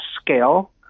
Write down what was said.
scale